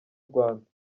rwanda